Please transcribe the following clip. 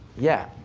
yeah,